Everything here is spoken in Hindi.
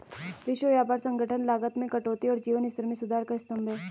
विश्व व्यापार संगठन लागत में कटौती और जीवन स्तर में सुधार का स्तंभ है